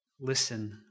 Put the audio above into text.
listen